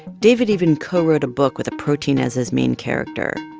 david even co-wrote a book with a protein as his main character.